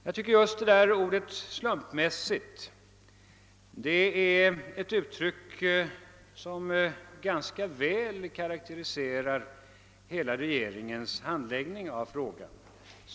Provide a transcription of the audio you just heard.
Jag tycker att just ordet slumpmässigt ganska väl karakteriserar regeringens hela handläggning av frågan.